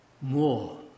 more